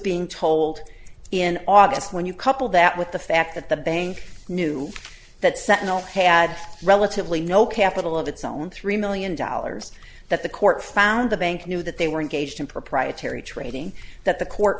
being told in august when you couple that with the fact that the bank knew that sentinel had relatively no capital of its own three million dollars that the court found the bank knew that they were engaged in proprietary trading that the court